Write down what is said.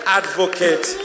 advocate